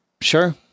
Sure